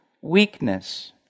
weakness